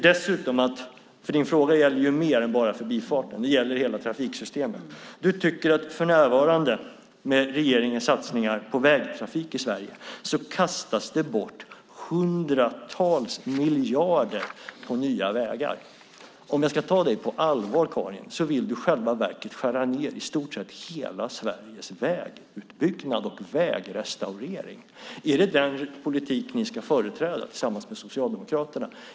Din fråga gäller mer än enbart förbifarten; den gäller hela trafiksystemet. Därför tycker du att det med regeringens satsningar på vägtrafik i Sverige för närvarande kastas bort hundratals miljarder på nya vägar. Om jag ska ta dig på allvar, Karin, vill du i själva verket skära ned hela Sveriges vägutbyggnad och vägrestaurering. Är det den politik ni ska föra tillsammans med Socialdemokraterna?